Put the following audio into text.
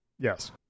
Yes